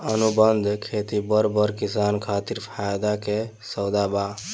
अनुबंध खेती बड़ बड़ किसान खातिर फायदा के सउदा बा